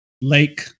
Lake